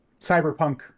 cyberpunk